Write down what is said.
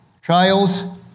trials